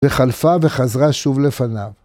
‫וחלפה וחזרה שוב לפניו.